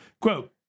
quote